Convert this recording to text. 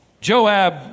Joab